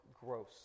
gross